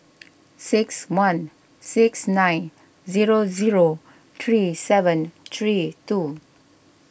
six one six nine zero zero three seven three two